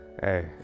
Hey